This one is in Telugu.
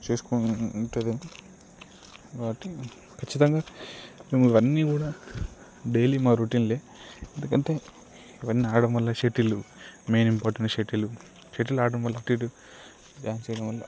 చేసుకోవటం కాబట్టి ఖచ్చితంగా మేము అవన్నీ కూడా డైలీ మా రొటీన్లే ఎందుకంటే ఇవన్నీ ఆడటం వల్ల shuttle main important shuttle shuttle ఆడటం వల్ల డాన్స్ చేయటం వల్ల